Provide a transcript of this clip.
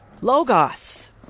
Logos